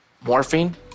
morphine